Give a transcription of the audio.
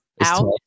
out